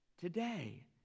today